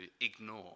ignore